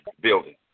building